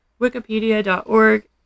Wikipedia.org